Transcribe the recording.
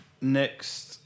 next